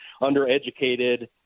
undereducated